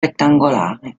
rettangolare